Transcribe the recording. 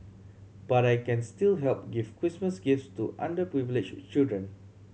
but I can still help give Christmas gifts to underprivileged children